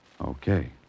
Okay